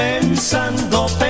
pensando